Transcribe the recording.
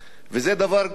באמת,